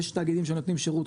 יש תאגידים שנותנים שירות,